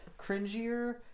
cringier